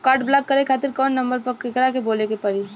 Card block करे खातिर कवना नंबर पर केकरा के बोले के परी?